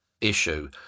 issue